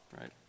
right